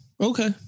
Okay